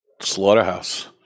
Slaughterhouse